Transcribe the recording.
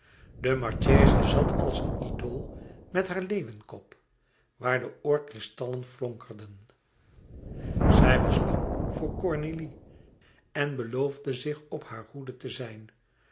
de marchesa zat als een idool met haar leeuwenkop waar de oorkristallen flonkerden zij was bang voor cornélie en beloofde zich op haar hoede te zijn